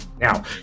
Now